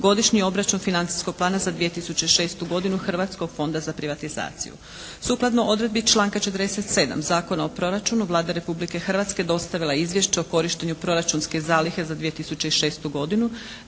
Godišnji obračun financijskog plana za 2006. godinu Hrvatskog fonda za privatizaciju. Sukladno odredbi članka 47. Zakona o proračunu Vlada Republike Hrvatske dostavila je Izvješće o korištenju proračunske zalihe za 2006. godini,